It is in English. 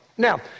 Now